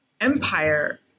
empire